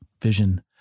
vision